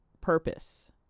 purpose